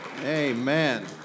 Amen